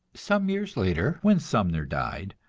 some years later, when sumner died,